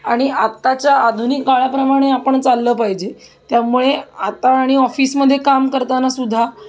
आणि आत्ताच्या आधुनिक काळाप्रमाणे आपण चाललं पाहिजे त्यामुळे आता आणि ऑफिसमध्ये काम करताना सुद्धा